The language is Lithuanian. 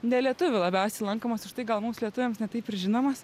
nelietuvių labiausiai lankomas už tai gal mums lietuviams ne taip ir žinomas